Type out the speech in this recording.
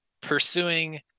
pursuing